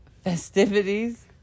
Festivities